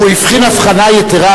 הוא הבחין הבחנה יתירה,